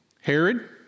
Herod